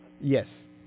Yes